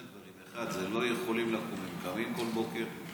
זה לא "יכולים לקום", הם קמים כל בוקר.